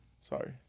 Sorry